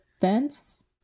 fence